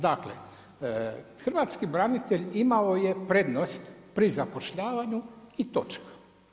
Dakle hrvatski branitelj imao je prednost pri zapošljavanju i točka.